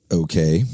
okay